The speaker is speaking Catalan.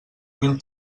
mil